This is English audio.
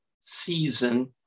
season